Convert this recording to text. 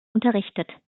unterrichtet